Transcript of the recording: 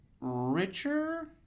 richer